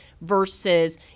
Versus